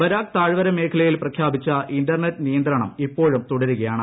Barack താഴ്വര മേഖലയിൽ പ്രഖ്യാപിച്ച ഇന്റർനെറ്റ് നിയന്ത്രണം ഇപ്പോഴും തുടരുകയാണ്